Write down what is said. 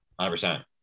100%